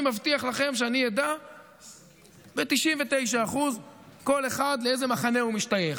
אני מבטיח לכם שאני אדע ב-99% כל אחד לאיזה מחנה הוא משתייך.